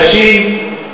חדשים,